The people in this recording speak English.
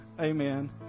Amen